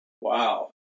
Wow